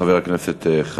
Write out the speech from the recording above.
חבר הכנסת חנין,